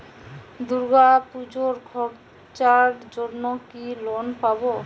দূর্গাপুজোর খরচার জন্য কি লোন পাব?